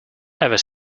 ever